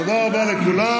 תודה רבה לכולם.